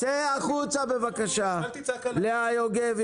לאה יוגב,